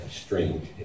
strange